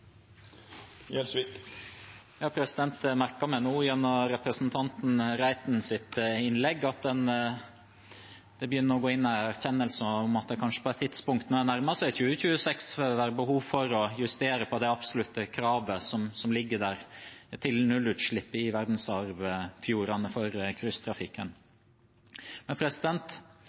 meg nå av representanten Reitens innlegg at det begynner å komme en erkjennelse av at det kanskje på et tidspunkt, når det nærmer seg 2026, vil være behov for å justere på det absolutte kravet om nullutslipp i verdensarvfjordene for cruisetrafikken. Dette handler om hvordan det vil fungere i